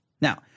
Now